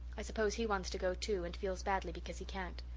i suppose he wants to go, too, and feels badly because he can't.